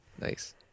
Nice